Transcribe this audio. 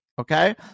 okay